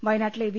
വയ്നാട്ടിലെ V